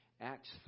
Acts